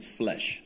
flesh